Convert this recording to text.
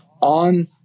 on